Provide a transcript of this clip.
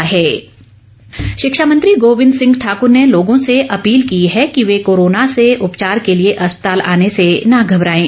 भारत भी इससे अछूता नहीं है गोविंद ठाकुर शिक्षा मंत्री गोविंद सिंह ठाकुर ने लोगों से अपील की है कि वे कोरोना के उपचार के लिए अस्पताल आने से न घबराएं